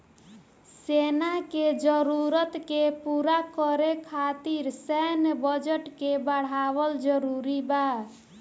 सेना के जरूरत के पूरा करे खातिर सैन्य बजट के बढ़ावल जरूरी बा